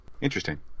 Interesting